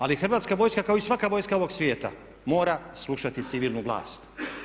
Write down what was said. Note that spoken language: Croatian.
Ali Hrvatska vojska kao i svaka vojska ovog svijeta mora slušati civilnu vlast.